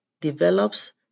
develops